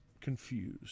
confused